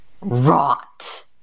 Rot